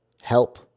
Help